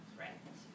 right